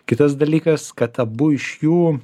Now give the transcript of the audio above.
kitas dalykas kad abu iš jų